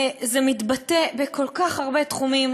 זה מתבטא בכל כך הרבה תחומים,